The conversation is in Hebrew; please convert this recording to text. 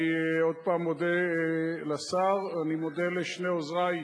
אני עוד פעם מודה לשר, אני מודה לשני עוזרי,